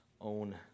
own